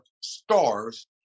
stars